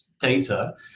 data